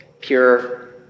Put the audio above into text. pure